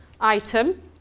Item